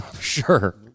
Sure